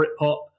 Britpop